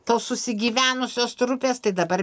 tos susigyvenusios trupės tai dabar